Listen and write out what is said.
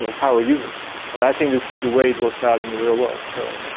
so power users. and i think this is the way it works out in the real world. so,